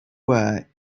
were